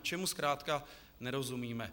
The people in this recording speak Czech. Čemu zkrátka nerozumíme.